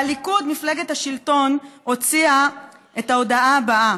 והליכוד, מפלגת השלטון, הוציאה את ההודעה הבאה: